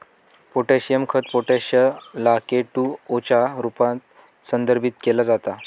potassium खत potash ला K two O च्या रूपात संदर्भित केल जात